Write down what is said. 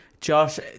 Josh